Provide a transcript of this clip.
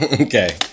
Okay